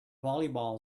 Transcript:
volleyball